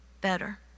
better